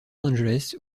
angeles